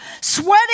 sweating